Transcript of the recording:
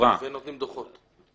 כחברה -- ונותנים דוחות.